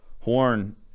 Horn